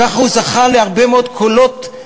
ככה הוא זכה להרבה מאוד קולות,